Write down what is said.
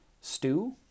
Stew